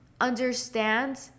understand